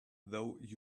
though